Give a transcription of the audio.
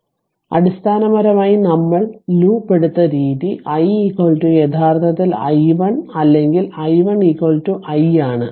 അതിനാൽ അടിസ്ഥാനപരമായി നമ്മൾ ലൂപ്പ് എടുത്ത രീതി i യഥാർത്ഥത്തിൽ i1 അല്ലെങ്കിൽ i1 i ആണ്